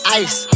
ice